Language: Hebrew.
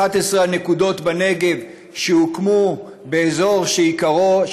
11 הנקודות בנגב שהוקמו באזור שעיקרו,